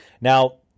Now